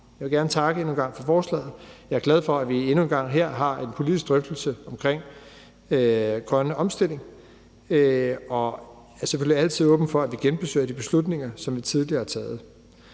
Jeg vil endnu en gang gerne takke for forslaget. Jeg er glad for, at vi endnu en gang her har en politisk drøftelse af den grønne omstilling, og jeg er selvfølgelig altid åben for, at vi genbesøger de beslutninger, som vi tidligere har taget.